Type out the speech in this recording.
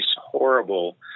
horrible